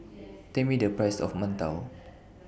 Tell Me The Price of mantou